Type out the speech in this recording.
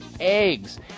Eggs